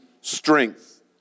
strength